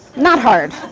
not hard.